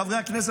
חברי הכנסת,